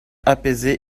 apaisé